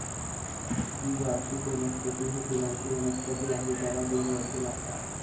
द्विवार्षिक वनस्पती ही फुलांची वनस्पती आहे ज्याला दोन वर्षे लागतात